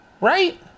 right